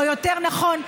או יותר נכון,